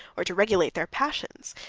or to regulate their passions,